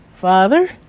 Father